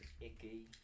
icky